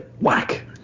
Whack